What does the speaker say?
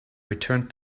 returned